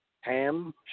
Ham